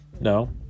No